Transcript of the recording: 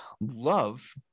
love